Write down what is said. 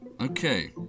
Okay